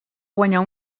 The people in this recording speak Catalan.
guanyar